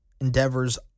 endeavors